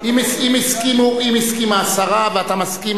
אם הסכימה השרה ואתה מסכים,